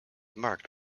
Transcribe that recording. marked